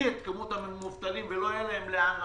את כמות המבוטלים שלא יהיה להם לאן לחזור.